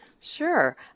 Sure